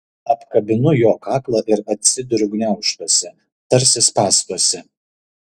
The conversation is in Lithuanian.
apkabinu jo kaklą ir atsiduriu gniaužtuose tarsi spąstuose